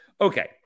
Okay